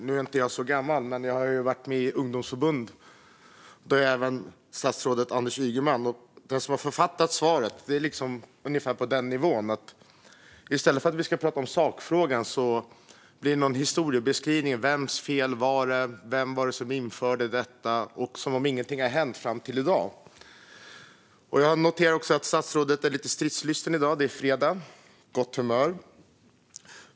Jag är inte så gammal, men jag har ju likt statsrådet Anders Ygeman varit med i ett ungdomsförbund. Svaret här är ungefär på den nivån: I stället för att prata om sakfrågan blir det en historiebeskrivning gällande vems fel det var och vem som införde detta - som om ingenting har hänt fram till i dag. Jag noterar också att statsrådet är lite stridslysten. Det är fredag; han är på gott humör.